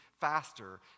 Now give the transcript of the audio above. faster